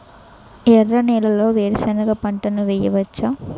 ఎర్ర నేలలో వేరుసెనగ పంట వెయ్యవచ్చా?